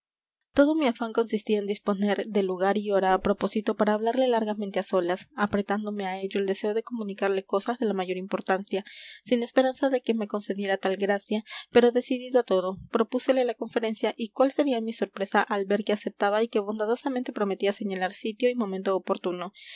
todo mi afán consistía en disponer de lugar y hora a propósito para hablarle largamente a solas apretándome a ello el deseo de comunicarle cosas de la mayor importancia sin esperanza de que me concediera tal gracia pero decidido a todo propúsele la conferencia y cuál sería mi sorpresa al ver que aceptaba y que bondadosamente prometía señalar sitio y momento oportuno